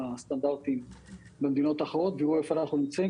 הסטנדרטים במדינות האחרות ויראו איפה אנחנו נמצאים.